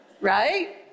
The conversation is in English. right